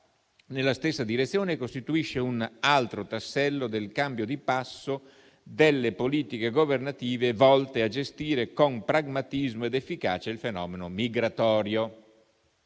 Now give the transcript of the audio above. nella stessa direzione e costituisce un altro tassello del cambio di passo delle politiche governative, volte a gestire con pragmatismo ed efficacia il fenomeno migratorio.